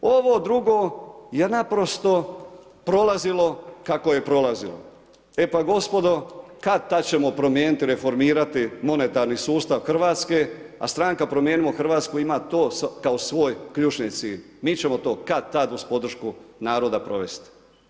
Ovo drugo, je naprosto prolazilo kako je prolazilo, e pa gospodo, kada tada ćemo promijeniti, reformirati, monetarni sustav Hrvatske, a stranka promijenimo Hrvatsku, ima to kao svoj ključni cilj, mi ćemo to kad-tad uz podršku naroda provesti.